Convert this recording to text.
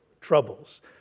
troubles